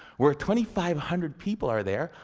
where twenty-five hundred people are there,